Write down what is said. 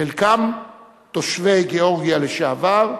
חלקם תושבי גאורגיה לשעבר,